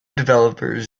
developers